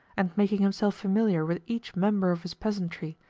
and making himself familiar with each member of his peasantry,